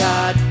God